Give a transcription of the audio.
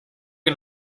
que